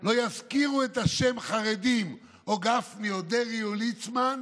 לא יזכירו את השם חרדים או גפני או דרעי או ליצמן,